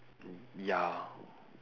y~ ya